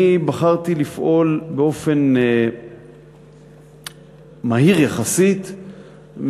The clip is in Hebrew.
אני בחרתי לפעול באופן מהיר יחסית,